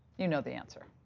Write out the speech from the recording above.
you know the answer.